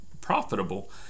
profitable